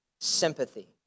sympathy